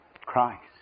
Christ